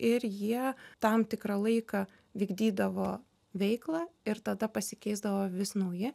ir jie tam tikrą laiką vykdydavo veiklą ir tada pasikeisdavo vis nauji